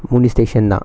only station தா:thaa